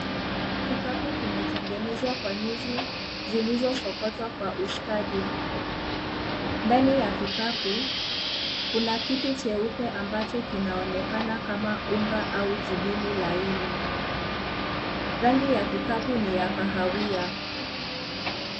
Kikapu kimetengenezwa kwa nyuzi zilizosokotwa kwa ustadi . Ndani ya kikapu kuna kitu cheupe ambacho kinaonekana kama unga au jibini laini . Rangi ya kikapu ni ya kahawia.